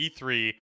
E3